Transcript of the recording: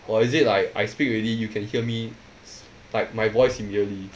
or is it like I speak already you can hear me like my voice immediately